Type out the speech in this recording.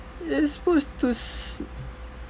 you supposed to